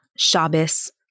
Shabbos